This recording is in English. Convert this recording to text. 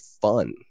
fun